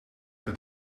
per